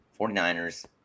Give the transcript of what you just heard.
49ers